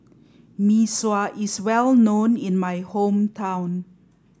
Mee Sua is well known in my hometown